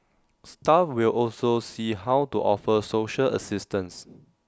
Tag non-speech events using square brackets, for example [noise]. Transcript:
staff will also see how to offer social assistance [noise]